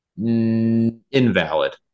Invalid